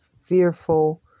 fearful